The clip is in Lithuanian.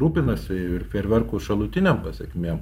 rūpinasi ir fejerverkų šalutinėm pasekmėm